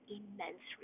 immense